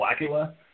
Blackula